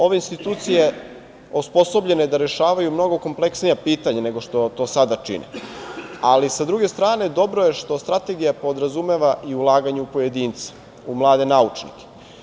Ove institucije biće osposobljene da rešavaju mnogo kompleksnija pitanja, nego što to sada čine, ali sa druge strane, dobro je što strategija podrazumeva i ulaganje u pojedinca, u mlade naučnike.